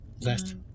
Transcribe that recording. Last